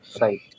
Right